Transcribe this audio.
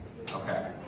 Okay